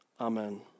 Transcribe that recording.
Amen